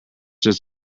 just